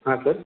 हां सर